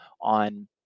on